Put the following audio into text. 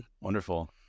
Wonderful